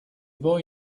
boy